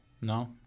No